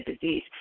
disease